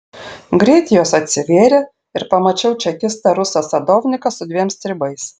greit jos atsivėrė ir pamačiau čekistą rusą sadovniką su dviem stribais